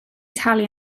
talu